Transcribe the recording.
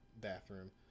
bathroom